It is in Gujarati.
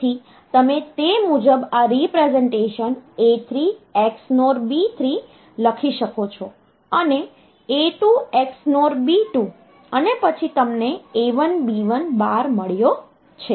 તેથી તમે તે મુજબ આ રીપ્રેસનટેશન A3 XNOR B3 લખી શકો છો અને A2 XNOR B2 અને પછી તમને A1 B1 બાર મળ્યો છે